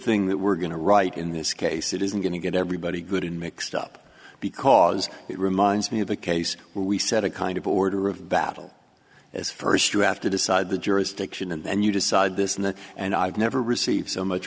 thing that we're going to write in this case it isn't going to get everybody good in mixed up because it reminds me of the case we set a kind of order of battle as first you have to decide the jurisdiction and you decide this and then and i've never received so much